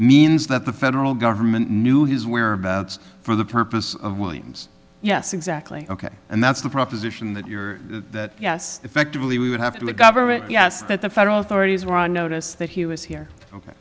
means that the federal government knew his whereabouts for the purpose of williams yes exactly ok and that's the proposition that you're that yes effectively we would have to the government yes that the federal authorities were on notice that he was here ok